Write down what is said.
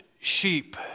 sheep